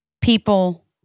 people